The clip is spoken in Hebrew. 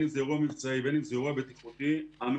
אם זה אירוע מבצעי ובין אם זה אירוע בטיחותי - המפקד